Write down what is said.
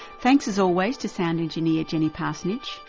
thanks as always to sound engineer, jenny parsonage,